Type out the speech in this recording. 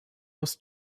was